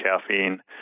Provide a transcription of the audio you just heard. caffeine